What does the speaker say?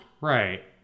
Right